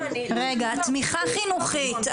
תמיכה חינוכית,